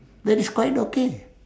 that is quite okay